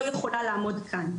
לא יכולה לעמוד כאן.